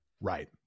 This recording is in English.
Right